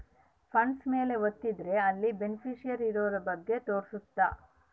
funds ಮೇಲೆ ವತ್ತಿದ್ರೆ ಅಲ್ಲಿ ಬೆನಿಫಿಶಿಯರಿ ಇರೋರ ಬಗ್ಗೆ ತೋರ್ಸುತ್ತ